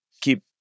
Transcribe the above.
keep